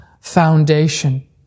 foundation